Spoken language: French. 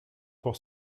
pour